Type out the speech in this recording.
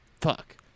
fuck